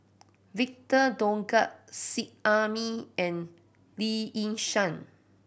Victor Doggett Seet Ai Mee and Lee Yi Shyan